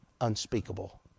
unspeakable